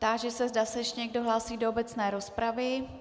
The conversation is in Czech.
Táži se, zda se ještě někdo hlásí do obecné rozpravy.